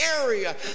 area